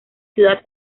ciudad